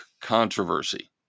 controversy